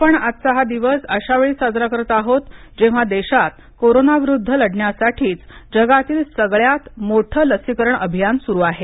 आपण आजचा हा दिवस अशा वेळी साजरा करत आहोत जेव्हा देशात कोरोना विरुद्ध लढण्यासाठीच जगातील सगळ्यात मोठं लसीकरण अभियान सुरू आहे